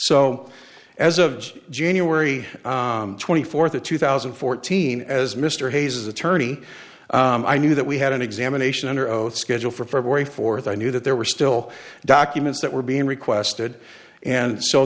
so as of january twenty fourth two thousand and fourteen as mr hayes attorney i knew that we had an examination under oath scheduled for february fourth i knew that there were still documents that were being requested and so